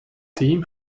team